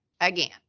Again